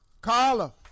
Carla